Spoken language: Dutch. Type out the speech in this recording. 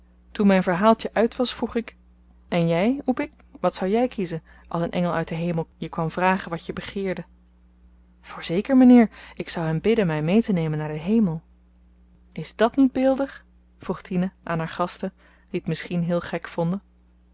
toen myn verhaaltjen uit was vroeg ik en jy oepi wat zou jy kiezen als een engel uit den hemel je kwam vragen wat je begeerde voorzeker mynheer ik zou hem bidden my meetenemen naar den hemel is dat niet beeldig vroeg tine aan haar gasten die t misschien heel gek vonden